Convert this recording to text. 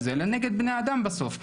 אלא נגד בני אדם בסוף,